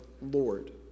Lord